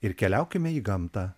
ir keliaukime į gamtą